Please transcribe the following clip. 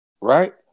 Right